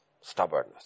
Stubbornness